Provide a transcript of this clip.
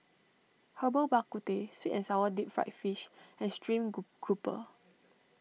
Herbal Bak Ku Teh Sweet and Sour Deep Fried Fish and Stream Grouper